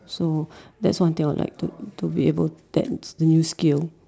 so that's one thing I would like to to be able that's the new skill